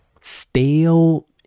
stale